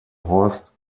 horst